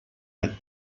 mit